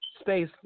space